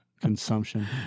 Consumption